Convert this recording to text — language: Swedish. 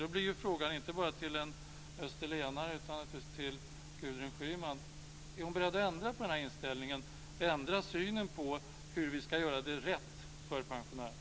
Då blir frågan, inte bara till en österlenare utan också till Gudrun Schyman: Är hon beredd att ändra på den här inställningen? Är hon beredd att ändra synen på hur vi ska göra det rätt för pensionärerna?